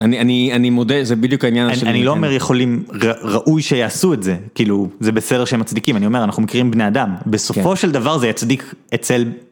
אני אני אני מודה זה בדיוק העניין שאני לא אומר יכולים ראוי שיעשו את זה כאילו זה בסדר שהם מצדיקים אני אומר אנחנו מכירים בני אדם בסופו של דבר זה יצדיק אצל.